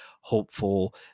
hopeful